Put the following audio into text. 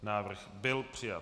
Návrh byl přijat.